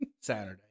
Saturday